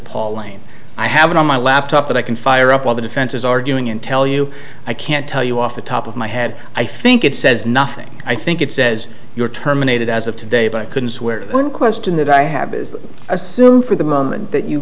pauline i have it on my laptop that i can fire up all the defense is arguing and tell you i can't tell you off the top of my head i think it says nothing i think it says you're terminated as of today but i couldn't swear one question that i have is that assume for the moment that you